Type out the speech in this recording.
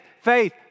faith